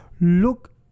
look